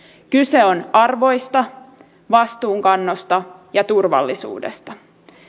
kyse on arvoista vastuunkannosta ja turvallisuudesta